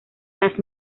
las